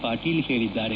ಪಾಟೀಲ್ ಹೇಳಿದ್ದಾರೆ